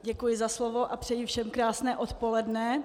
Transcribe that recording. Děkuji za slovo a přeji všem krásné odpoledne.